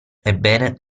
ebbene